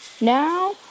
Now